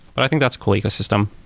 but i think that's cool ecosystem.